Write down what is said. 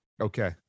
Okay